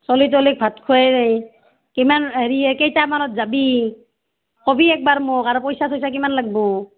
চলি তলিক ভাত খোৱাই ন কিমান হেৰি কেইটামানত যাবি ক'বি একবাৰ মোক আৰু পইচা চইচা কিমান লাগিব